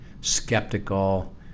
skeptical